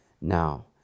now